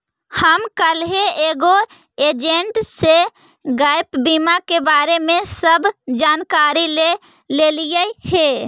हम कलहे एगो एजेंट से गैप बीमा के बारे में सब जानकारी ले लेलीअई हे